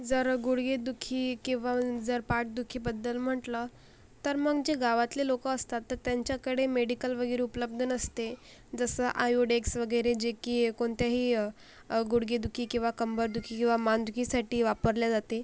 जर गुडघेदुखी किंवा जर पाठदुखीबद्दल म्हटलं तर मग जे गावातले लोकं असतात तर त्यांच्याकडे मेडिकल वगैरे उपलब्ध नसते जसं आयोडेक्स वगैरे जे की कोणत्याही गुडघेदुखी किंवा कंबरदुखी किंवा मानदुखीसाठी वापरलं जाते